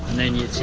then your